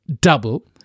double